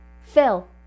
Phil